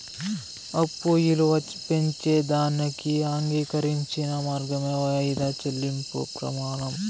అప్పు ఇలువ పెంచేదానికి అంగీకరించిన మార్గమే వాయిదా చెల్లింపు ప్రమానం